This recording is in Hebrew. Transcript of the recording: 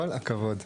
כל הכבוד.